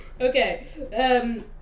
okay